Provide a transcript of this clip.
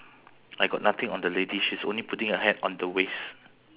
who's wearing a polo T and a green uh white polo T green